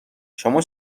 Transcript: شما